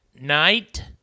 night